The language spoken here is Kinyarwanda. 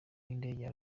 y’indege